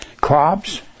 crops